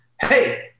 hey